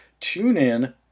TuneIn